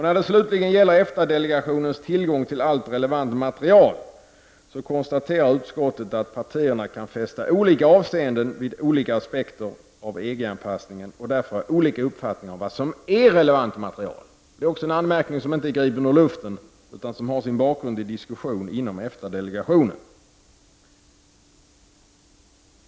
När det slutligen gäller EFTA-delegationens tillgång till allt relevant material konstaterar utskottet att partierna kan fästa olika avseenden vid olika aspekter av EG-anpassningen och därför ha olika uppfattning om vad som är relevant material. Det är också en anmärkning som inte är gripen ur luften utan har sin bakgrund i diskussioner inom EFTA-delegationen.